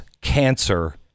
cancer